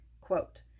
Quote